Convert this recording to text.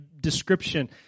description